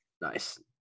nice